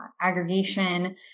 aggregation